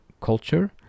culture